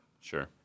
Sure